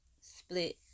Split